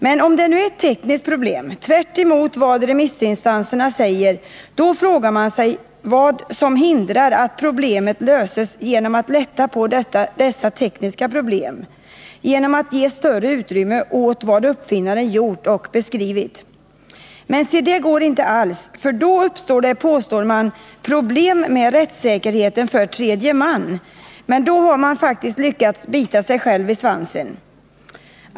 Men om det nu, tvärtemot vad remissinstanserna säger, är ett tekniskt problem, kan det frågas vad som hindrar att problemet löses genom att man lättar på dessa tekniska problem, genom att man ger större utrymme åt vad uppfinnaren gjort och beskrivit. Men se det går inte alls, för då uppstår det, påstår man, problem med rättssäkerheten för tredje man. Då har man emellertid lyckats bita sig själv i svansen.